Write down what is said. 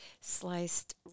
sliced